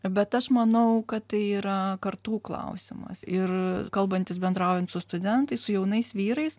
bet aš manau kad tai yra kartų klausimas ir kalbantis bendraujant su studentais su jaunais vyrais